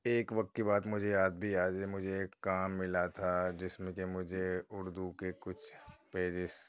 ایک وقت کی بات مجھے یاد بھی آج ہے مجھے ایک کام ملا تھا جس میں مجھے اُردو کے کچھ پیجیز